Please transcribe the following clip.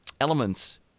elements